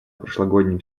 прошлогоднем